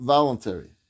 Voluntary